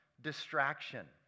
distraction